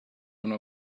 una